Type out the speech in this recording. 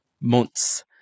months